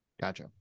Gotcha